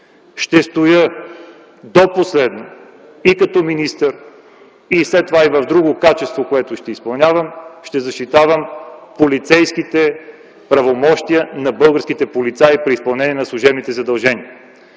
Ще стоя до последно и като министър, а след това и в друго качество, което ще изпълнявам, ще защитавам полицейските правомощия на българските полицаи при изпълнение на служебните им задължения.